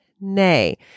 Nay